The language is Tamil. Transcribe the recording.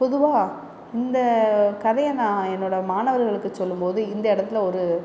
பொதுவாக இந்த கதையை நான் என்னுடைய மாணவர்களுக்கு சொல்லும் போது இந்த இடத்துல ஒரு